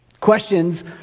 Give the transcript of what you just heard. Questions